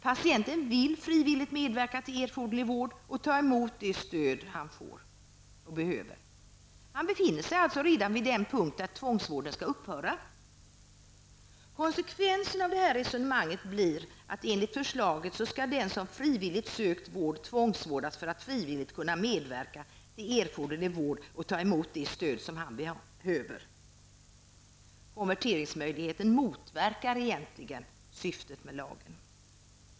Patienten vill frivilligt medverka till erforderlig vård och ta emot det stöd han behöver. Han befinner sig alltså redan vid den punkt där tvångsvården skall upphöra. Konsekvensen av detta resonemang blir att enligt förslaget skall den som frivilligt sökt vård tvångsvårdas för att frivilligt kunna medverka till erforderlig vård och ta emot det stöd som han behöver. Konverteringsmöjligheten motverkar sålunda egentligen syftet med lagen.